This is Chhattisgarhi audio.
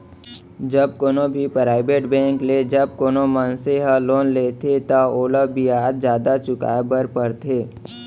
जब कोनो भी पराइबेट बेंक ले जब कोनो मनसे ह लोन लेथे त ओला बियाज जादा चुकाय बर परथे